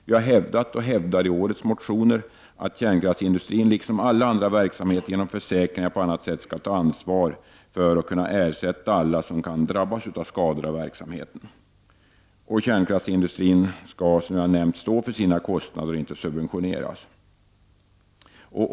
Vi har hävdat och hävdar i årets motioner att kärnkraftsindustrin — liksom alla andra verksamheter — genom försäkringar eller på annat sätt skall ta ansvar för att kunna ersätta alla som kan drabbas av skador av verksamheten. Kärnkraftindustrin skall, som jag nämnde, stå för sina kostnader och inte subventioneras av samhället.